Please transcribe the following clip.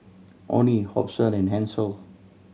Onie Hobson and Hansel